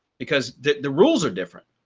because the the rules are different.